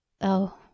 Oh